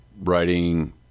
writing